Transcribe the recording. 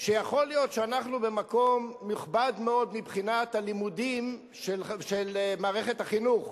שאנחנו במקום נכבד מאוד מבחינת הלימודים של מערכת החינוך,